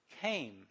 came